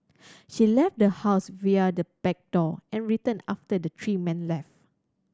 she left the house via the back door and returned after the three men left